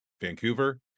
Vancouver